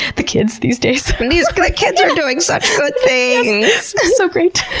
the kids these days. and these like kids are doing such good things. it's so great.